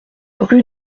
rue